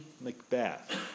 Macbeth